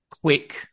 quick